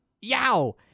Yow